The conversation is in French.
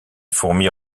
fourmis